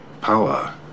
Power